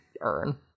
earn